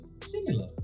similar